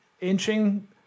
inching